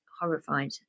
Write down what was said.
horrified